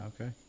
Okay